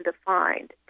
defined